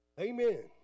Amen